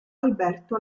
alberto